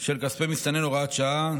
של כספי מסתנן, הוראת שעה),